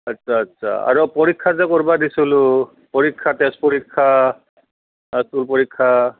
আচ্ছা আচ্ছা আৰু পৰীক্ষা যে কৰিব দিছিলোঁ পৰীক্ষা তেজ পৰীক্ষা পৰীক্ষা